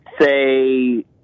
say